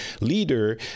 leader